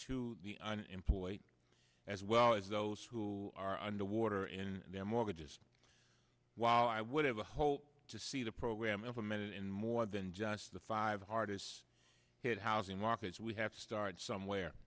to the unemployed as well as those who are underwater in their mortgages while i would have a hope to see the program implemented in more than just the five hardest hit housing markets we have to start somewhere